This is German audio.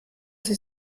sie